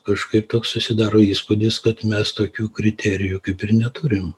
kažkaip toks susidaro įspūdis kad mes tokių kriterijų kaip ir neturim